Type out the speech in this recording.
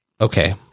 okay